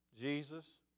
Jesus